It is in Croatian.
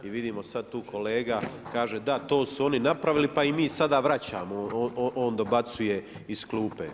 I vidimo sada tu kolega kaže da to su oni napravili pa im mi sada vraćamo, on dobacuje iz klupe.